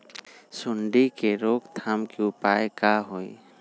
सूंडी के रोक थाम के उपाय का होई?